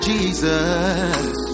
Jesus